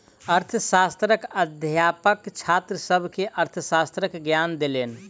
अर्थशास्त्रक अध्यापक छात्र सभ के अर्थशास्त्रक ज्ञान देलैन